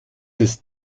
ist